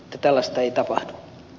arvoisa puhemies